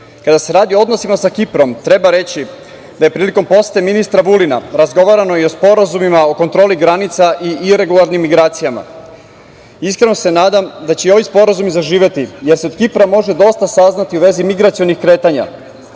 KiM.Kada se radi o odnosima sa Kiprom treba reći da je prilikom posete ministra Vulina razgovarano i o sporazumima o kontroli granica i iregularnim migracijama. Iskreno se nadam da će i ovi sporazumi zaživeti, jer se od Kipra može dosta saznati u vezi migracionih kretanja